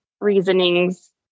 reasonings